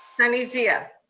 sunny zia.